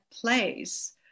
place